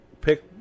pick